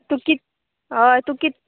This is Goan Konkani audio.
तूं कित हय तूं कित